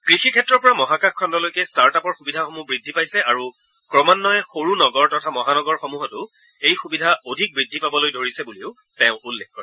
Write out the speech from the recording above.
কৃষি ক্ষেত্ৰৰ পৰা মহাকাশ খণ্ডলৈকে টাৰ্টআপৰ সুবিধাসমূহ বৃদ্ধি পাইছে আৰু ক্ৰমান্বয়ে সৰু নগৰ তথা মহানগৰসমূহতো এই সুবিধা অধিক বৃদ্ধি পাবলৈ ধৰিছে বুলিও তেওঁ উল্লেখ কৰে